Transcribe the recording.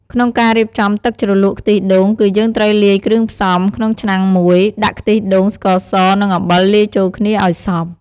ក្នុងការរៀបចំទឹកជ្រលក់ខ្ទិះដូង គឺយើងត្រូវលាយគ្រឿងផ្សំ ក្នុងឆ្នាំងមួយ ដាក់ខ្ទិះដូង ស្ករស និងអំបិលលាយចូលគ្នាឱ្យសព្វ។